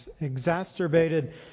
exacerbated